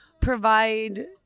provide